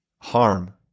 Harm